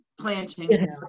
planting